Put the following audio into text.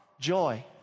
joy